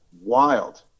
Wild